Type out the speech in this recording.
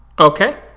Okay